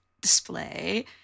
display